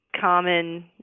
common